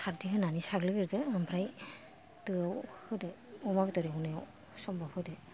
खारदै होनानै साग्लिगोरदो ओमफ्राय दोयाव होदो अमा बेदर एवनायाव समबार होदो